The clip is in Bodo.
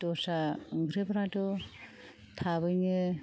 दस्रा ओंख्रिफ्राथ' थाबैनो